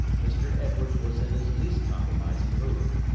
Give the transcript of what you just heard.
mr. edwards was in his least compromising mood.